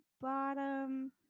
bottom